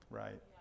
right